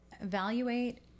evaluate